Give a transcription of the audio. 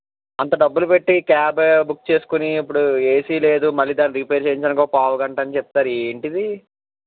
అంత డబ్బులు పెట్టి క్యాబ్ బుక్ చేసుకుని ఇప్పుడు ఏసీ లేదు మళ్ళీ దాన్ని రిపేరు చెయ్యించడానికి ఒక పావు గంట అని చెప్తారు ఏంటి ఇది